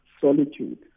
solitude